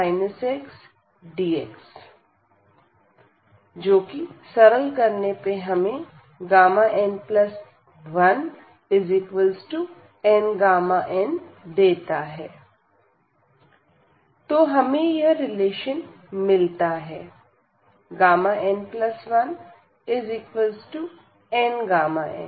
00nxn 1e xdx⟹Γn1nΓn तो हमें यह रिलेशन मिलता है n1nΓn